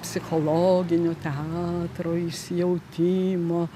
psichologinio teatro įsijautimo